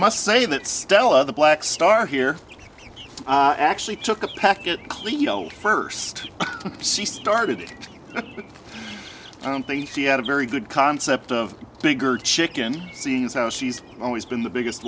must say that stella the black star here actually took a packet clean you know first see started but i don't they see had a very good concept of bigger chicken seeing as how she's always been the biggest